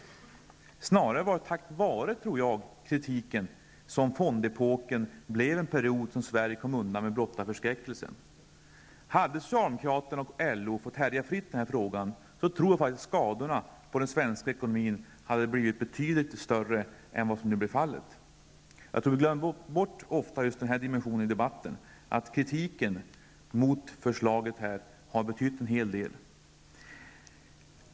Jag tror snarare att det var tack vare kritiken som fondepoken i Sverige blev en period som vårt land kom undan med blotta förskräckelsen. Hade socialdemokraterna och LO fått härja fritt i denna fråga, då tror jag faktiskt att skadorna på den svenska ekonomin hade blivit betydligt större än vad som nu blev fallet. Jag tror att vi ofta glömmer bort den dimensionen i debatten. Kritiken mot förslaget här har betytt en hel del.